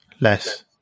Less